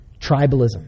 tribalism